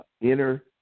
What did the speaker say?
inner